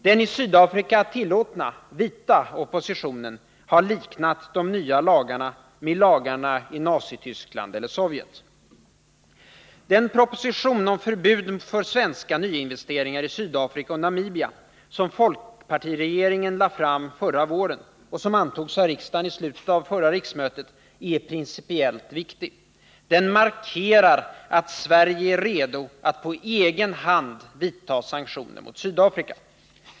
Den i Sydafrika tillåtna, vita, oppositionen har liknat de nya lagarna med lagarna i Nazityskland eller Sovjet. Den proposition om förbud för svenska investeringar i Sydafrika och Namibia som folkpartiregeringen lade fram förra våren och som antogs av riksdagen i slutet av förra riksmötet är principiellt viktig. Den markerar att Sverige är redo att på egen hand vidta sanktioner mot Sydafrika.